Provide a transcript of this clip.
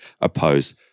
oppose